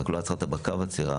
רק לא עצרת בקו העצירה,